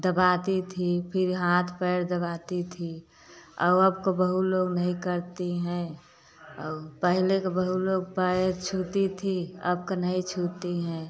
दबाती थी फिर हाथ पैर दबाती थी और अब का बहू लोग नहीं करती हैं और पहले का बहू लोग पैर छूती थी अब का नहीं छूती हैं